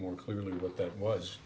more clearly what that was